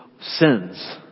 sins